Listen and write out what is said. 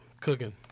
Cooking